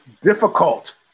difficult